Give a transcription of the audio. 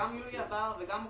גם יולי עבר וגם אוקטובר.